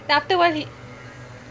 then after awhile he